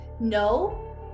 no